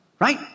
Right